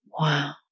Wow